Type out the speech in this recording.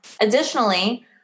Additionally